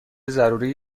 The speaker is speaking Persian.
ضروری